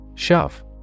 Shove